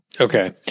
Okay